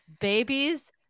Babies